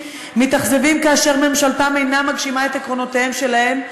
מתאכזבים כאשר ממשלתם אינה מגשימה את עקרונותיהם שלהם,